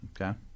Okay